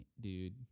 dude